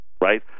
right